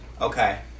Okay